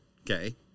Okay